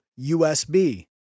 USB